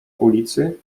ulicy